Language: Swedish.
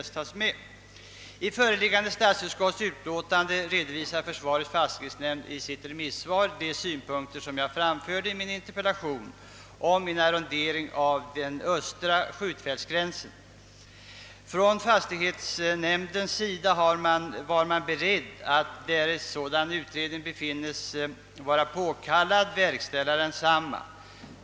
I statsutskottets föreliggande utlåtande redovisar försvarets fastighetsnämnd i sitt remissvar de synpunkter som jag framförde i min interpellation om en arrondering av den östra skjutfältsgränsen. Från fastighetsnämndens sida var man beredd att, därest sådan utredning befinnes vara påkallad, verkställa densamma.